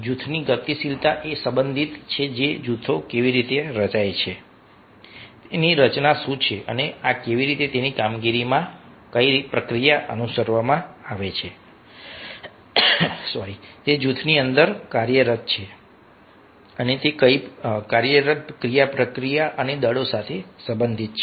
જૂથની ગતિશીલતા એ સંબંધિત છે કે જૂથો કેવી રીતે રચાય છે તેમની રચના શું છે અને આ રીતે તેમની કામગીરીમાં કઈ પ્રક્રિયા અનુસરવામાં આવે છે તે જૂથની અંદર કાર્યરત ક્રિયાપ્રતિક્રિયા અને દળો સાથે સંબંધિત છે